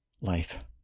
life